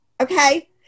Okay